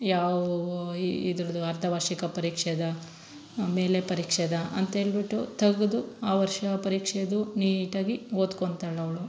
ಯಾವುವು ಇದ್ರದು ಅರ್ಧ ವಾರ್ಷಿಕ ಪರೀಕ್ಷೆದಾ ಮೇಲೆ ಪರೀಕ್ಷೆದಾ ಅಂತೇಳ್ಬಿಟ್ಟು ತೆಗದು ಆ ವರ್ಷ ಪರೀಕ್ಷೆದು ನೀಟಾಗಿ ಓದ್ಕೊತಾಳವ್ಳು